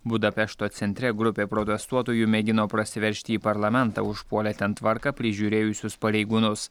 budapešto centre grupė protestuotojų mėgino prasiveržti į parlamentą užpuolė ten tvarką prižiūrėjusius pareigūnus